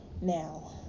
now